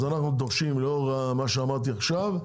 אז לאור מה שאמרתי עכשיו,